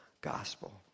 gospel